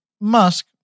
Musk